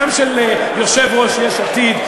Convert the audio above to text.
גם של יושב-ראש יש עתיד,